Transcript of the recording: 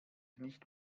nicht